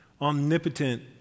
omnipotent